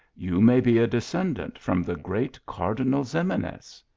you may be a descendant from the great cardinal ximenes.